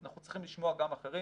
אנחנו צריכים לשמוע גם אחרים.